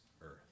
earth